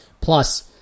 Plus